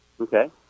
Okay